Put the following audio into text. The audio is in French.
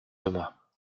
thomas